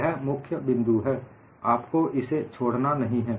यह मुख्य बिंदु है आपको इसे छोड़ना नहीं है